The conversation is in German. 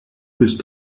bist